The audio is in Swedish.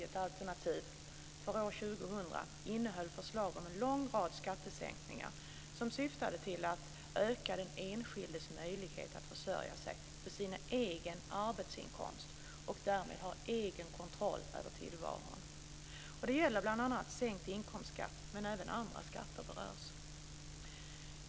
2000 innehöll förslag om en lång rad skattesänkningar som syftade till att öka den enskildes möjlighet att försörja sig på sin egen arbetsinkomst och därmed ha egen kontroll över tillvaron. Det gäller bl.a. sänkt inkomstskatt, men även andra skatter berörs.